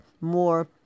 more